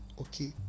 Okay